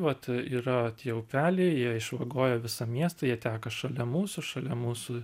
vat yra tie upeliai jie išvagoję visą miestą jie teka šalia mūsų šalia mūsų